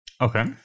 Okay